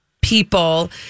people